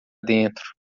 dentro